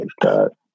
god